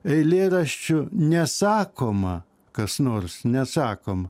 eilėraščiu nesakoma kas nors nesakom